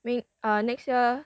we uh next year